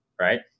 right